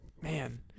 Man